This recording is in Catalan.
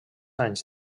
anys